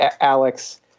Alex